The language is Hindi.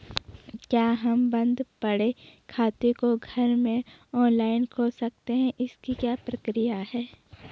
क्या हम बन्द पड़े खाते को घर में ऑनलाइन खोल सकते हैं इसकी क्या प्रक्रिया है?